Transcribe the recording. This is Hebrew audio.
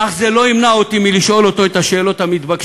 אך זה לא ימנע ממני מלשאול אותו את השאלות המתבקשות.